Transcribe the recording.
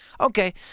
Okay